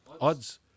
odds